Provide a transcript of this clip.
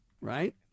Right